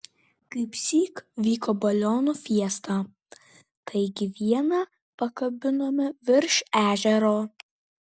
kaipsyk vyko balionų fiesta taigi vieną pakabinome virš ežero